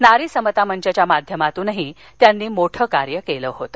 नारी समता मंच च्या माध्यमातून त्यांनी कार्य केलं होतं